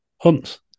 Hunts